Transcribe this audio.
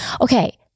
okay